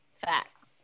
Facts